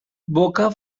boca